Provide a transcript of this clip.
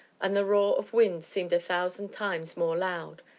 and the roar of wind seemed a thousand times more loud.